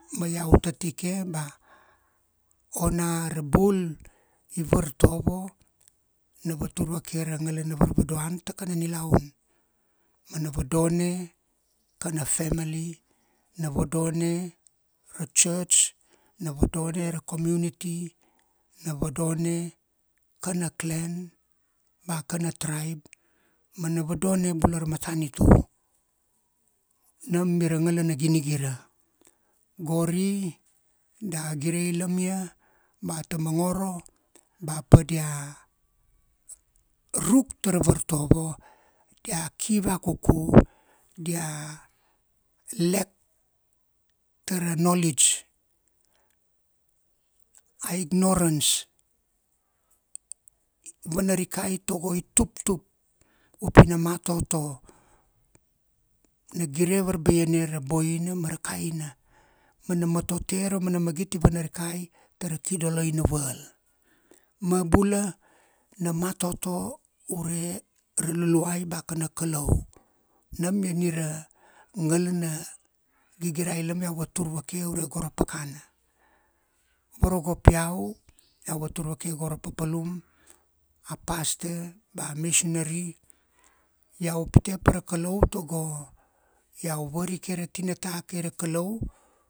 Ma iau tatike ba ona ra bul i vartovo na vatur vake ra ngalana varvadoan ta kana nilaun ma na vadone kana family na vadone ra church, na vadone ra community, na vadone kana clan ba kana tribe, ma na vadone bulara matanitu, nam iara ngalana ginigira. Gori da gire ilam ia ba ta mongoro ba pa dia ruk tara vartovo, dia ki vakuku. dia lack tara knowledge. A ignorance i vanarikai tago i tuptup upi na matoto, na gire varbaiane ra boina ma ra kaina ma na matote ra magit i vanarikai tara kidoloina world. Ma bula na matoto ure ra luluai ba kana kalau. Nam ni ni ra ngalana gigirailam iau vatur vake ure go ra pakana. vorogop iau, iau vatur vake gora papalum, a pastor, ba a missionary iau pite para kalau tago iau varike ra tinata kai ra kalau